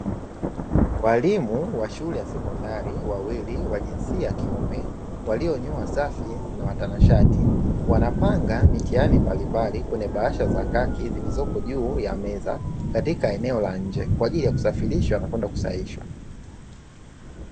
Walimu wa shule ya sekondari wawili wa jinsia ya kiume walionyoa safi na watanashati, wanapanga mitihani mbalimbali kwenye bahasha za kaki zilizoko juu ya meza katika eneo la nje kwa ajili ya kusafirishwa na kwenda kusahihishwa.